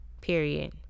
Period